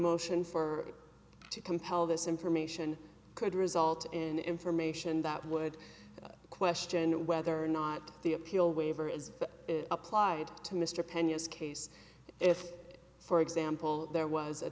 motion for it to compel this information could result in information that would question whether or not the appeal waiver is applied to mr penus case if for example there was a